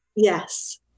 Yes